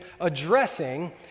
addressing